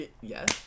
Yes